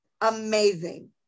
amazing